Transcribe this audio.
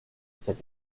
cette